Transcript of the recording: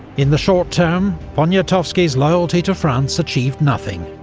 in the short term, poniatowski's loyalty to france achieved nothing,